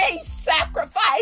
sacrifice